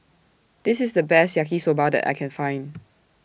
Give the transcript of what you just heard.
This IS The Best Yaki Soba that I Can Find